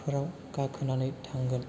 फोराव गाखोनानै थांगोन